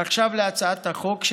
עכשיו להצעת החוק,